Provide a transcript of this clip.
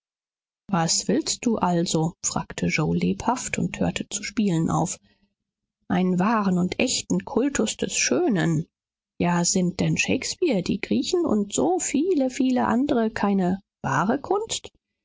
was willst du also fragte yoe lebhaft und hörte zu spielen auf einen wahren und echten kultus des schönen ja sind denn shakespeare die griechen und so viele viele andere keine wahre kunst